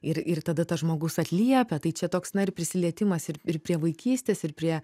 ir ir tada tas žmogus atliepia tai čia toks na ir prisilietimas ir ir prie vaikystės ir prie